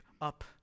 up